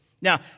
Now